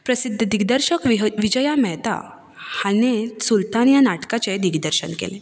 प्रसिद्ध दिग्दर्शक विजया मेहता हांणी सुल्तान ह्या नाटकाचें दिग्दर्शन केलें